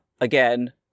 Again